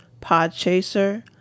Podchaser